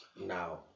now